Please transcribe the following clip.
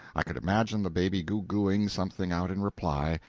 i could imagine the baby goo-gooing something out in reply,